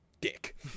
Dick